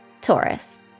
Taurus